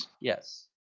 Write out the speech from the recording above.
Yes